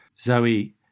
zoe